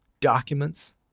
documents